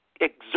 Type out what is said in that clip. exert